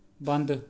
ਬੰਦ